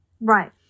Right